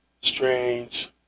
strange